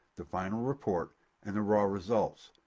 the final report and the raw results.